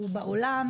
הוא בעולם,